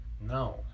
no